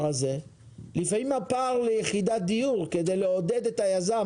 לפעמים הפער הזה הוא ליחידת דיור כדי לעודד את היזם